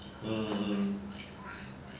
mmhmm